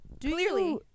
Clearly